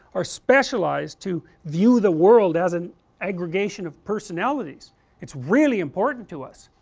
are specialized to view the world as an aggregation of personalities it's really important to us,